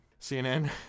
CNN